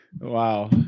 Wow